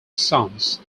sons